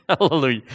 Hallelujah